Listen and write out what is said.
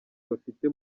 bafite